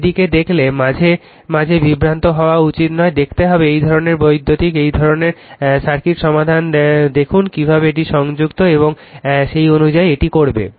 সেদিকে দেখলে মাঝে মাঝে বিভ্রান্ত হওয়া উচিত নয় দেখতে এই ধরনের বৈদ্যুতিক এই ধরনের সার্কিট সাবধানে দেখুন কিভাবে এটি সংযুক্ত এবং সেই অনুযায়ী এটি করবে